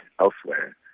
elsewhere